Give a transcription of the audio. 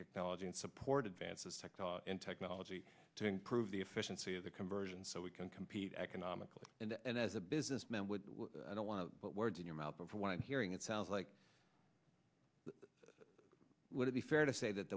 technology and support advances tech and technology to improve the efficiency of the conversion so we can compete economically and as a businessman would i don't want to put words in your mouth of what i'm hearing it sounds like would it be fair say that